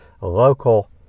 local